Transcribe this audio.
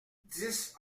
dix